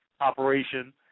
operation